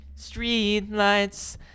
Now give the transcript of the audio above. Streetlights